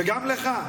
וגם לך.